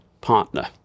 partner